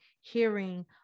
hearing